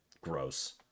gross